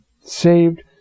saved